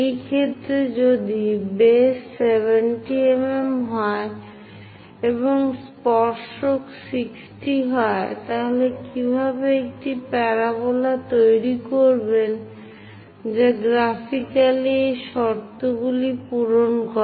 এই ক্ষেত্রে যদি বেস 70 mm হয় এবং স্পর্শক 60 হয় তাহলে কিভাবে একটি প্যারাবোলা তৈরি করবেন যা গ্রাফিক্যালি এই শর্তগুলো পূরণ করে